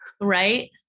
Right